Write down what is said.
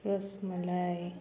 rasmalai